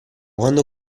quando